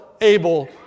able